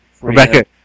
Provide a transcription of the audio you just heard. Rebecca